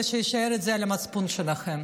שזה יישאר על המצפון שלכם.